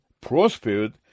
prospered